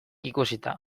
ikusita